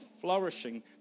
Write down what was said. flourishing